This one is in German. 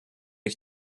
ich